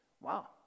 wow